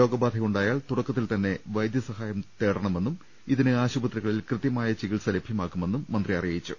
രോഗബാധ ഉണ്ടായാൽ തുടക്കത്തിൽതന്നെ വൈദ്യസഹായം തേടണ മെന്നും ഇതിന് ആശുപത്രികളിൽ കൃത്യമായ ചികിത്സ ലഭ്യമാക്കുമെന്നും മന്ത്രി പറഞ്ഞു